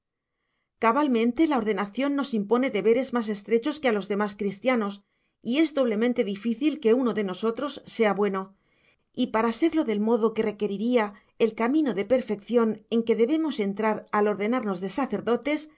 cabalmente la ordenación nos impone deberes más estrechos que a los demás cristianos y es doblemente difícil que uno de nosotros sea bueno y para serlo del modo que requeriría el camino de perfección en que debemos entrar al ordenarnos de